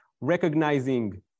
recognizing